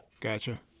Gotcha